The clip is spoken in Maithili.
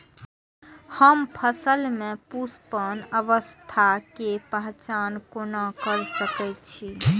हम फसल में पुष्पन अवस्था के पहचान कोना कर सके छी?